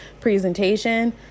presentation